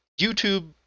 YouTube